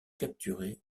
capturés